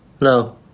No